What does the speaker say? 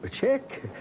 check